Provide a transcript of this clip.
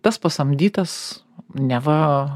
tas pasamdytas neva